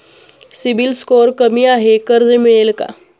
CIBIL score कमी आहे कर्ज मिळेल का?